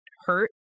hurt